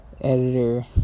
editor